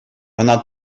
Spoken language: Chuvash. ӑна